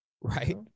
Right